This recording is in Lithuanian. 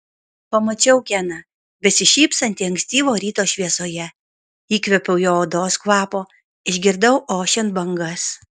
pamačiau keną besišypsantį ankstyvo ryto šviesoje įkvėpiau jo odos kvapo išgirdau ošiant bangas